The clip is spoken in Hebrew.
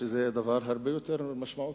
שזה דבר הרבה יותר משמעותי,